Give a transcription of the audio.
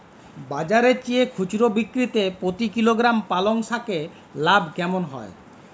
বাজারের চেয়ে খুচরো বিক্রিতে প্রতি কিলোগ্রাম পালং শাকে লাভ কেমন হয়?